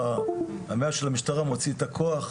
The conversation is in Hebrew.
וה-100 של המשטרה מוציא את הכוח.